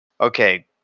okay